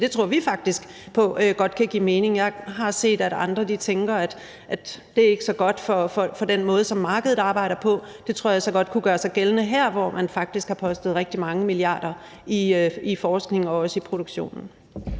det tror vi faktisk på godt kan give mening. Jeg har set, at andre tænker, at det ikke er så godt for den måde, som markedet arbejder på. Det tror jeg så godt kunne gøre sig gældende her, hvor man faktisk har postet rigtig mange milliarder kroner i forskning og i produktion.